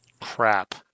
Crap